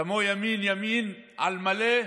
כמו ימין-ימין על מלא,